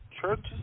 churches